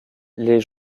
les